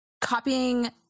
Copying